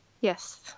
Yes